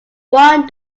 one